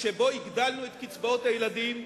שבו הגדלנו את קצבאות הילדים,